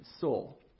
soul